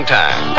time